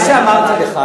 מה שאמרתי לך,